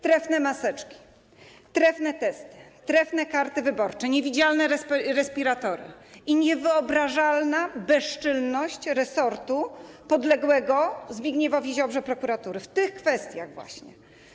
Trefne maseczki, trefne testy, trefne karty wyborcze, niewidzialne respiratory i niewyobrażalna bezczynność resortu podległego Zbigniewowi Ziobrze, prokuratury w tych kwestiach właśnie.